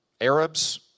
Arabs